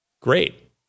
Great